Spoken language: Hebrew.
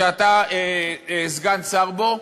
שאתה סגן השר בו,